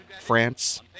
France